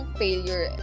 failure